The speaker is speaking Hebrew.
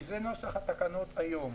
את נוסח התקנות היום.